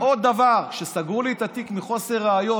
אבל הוא הוסיף עוד דבר: שסגרו לי את התיק מחוסר ראיות.